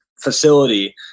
facility –